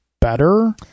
better